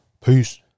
Peace